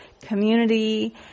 community